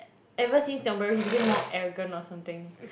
ever since Tiong-Bahru he became more arrogant or something